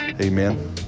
Amen